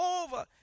over